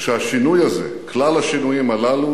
שהשינוי הזה, כלל השינויים הללו